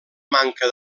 manca